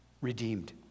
redeemed